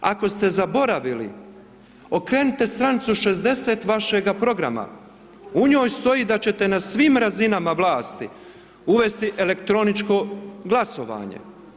Ako ste zaboravili, okrenite stranicu 60. vašega programa, u njoj stoji da ćete na svim razinama vlasti uvesti elektroničko glasovanje.